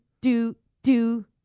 Do-do